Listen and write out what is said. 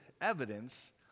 evidence